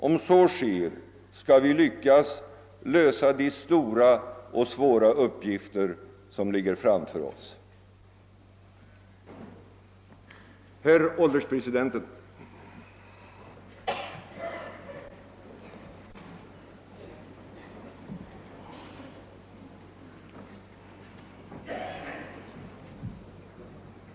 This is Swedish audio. Om så sker skall vi lyckas att lösa de stora och svåra uppgifter som ligger framför oss. Ordet lämnades härefter på begäran till